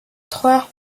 trois